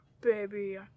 Baby